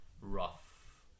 rough